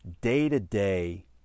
day-to-day